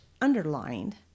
underlined